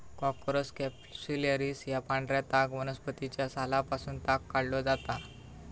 Corchorus capsularis या पांढऱ्या ताग वनस्पतीच्या सालापासून ताग काढलो जाता